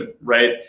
right